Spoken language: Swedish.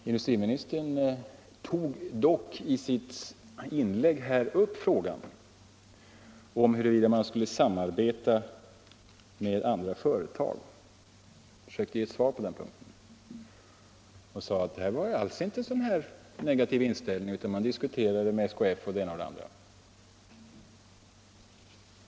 Industriministern tog dock i sitt inlägg här upp frågan om huruvida man skulle samarbeta med andra företag; han försökte ge svar på den punkten och sade att inställningen inte alls var negativ utan att man diskuterat med SKF etc.